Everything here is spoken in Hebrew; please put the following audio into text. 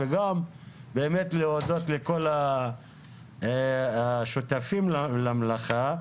וגם להודות לכל השותפים למלאכה.